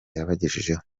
yabagejejeho